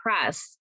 press